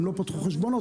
הם לא פתחו חשבונות.